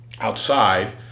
outside